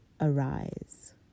arise